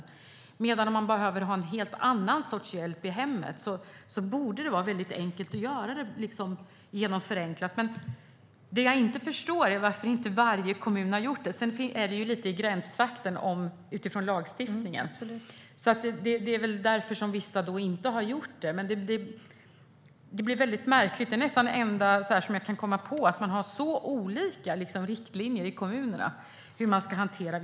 Om man behöver en helt annan sorts hjälp i hemmet så borde det vara väldigt enkelt att göra det genom förenklad bedömning. Det jag inte förstår är varför inte varje kommun har gjort detta. Det är lite i gränstrakten utifrån lagstiftningen, så det är väl därför vissa inte har gjort det, men det blir väldigt märkligt. Det här området är nästan det enda jag kan komma på där man har så olika riktlinjer i kommunerna för hur vissa frågor ska hanteras.